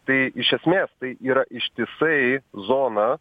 tai iš esmės tai yra ištisai zona